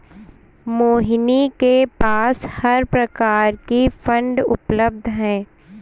मोहिनी के पास हर प्रकार की फ़ंड उपलब्ध है